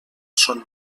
son